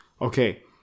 okay